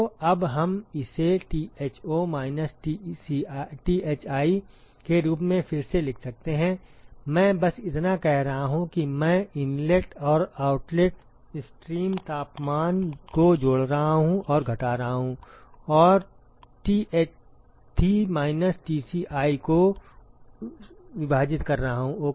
तो अब हम इसे Tho माइनस Thi के रूप में फिर से लिख सकते हैं मैं बस इतना कर रहा हूं कि मैं इनलेट और आउटलेट स्ट्रीम तापमान को जोड़ रहा हूं और घटा रहा हूं और थी माइनस टीसीआई को ओके से विभाजित कर रहा हूं